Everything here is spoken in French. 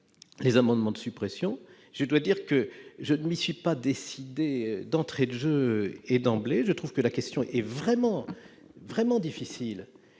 les amendements de suppression. Je dois dire que je ne m'y suis pas décidé d'entrée de jeu : je trouve la question vraiment difficile.